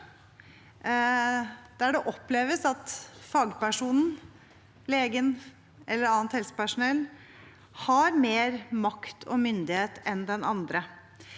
Det oppleves at fagpersonen, legen eller annet helsepersonell har mer makt og myndighet enn den andre.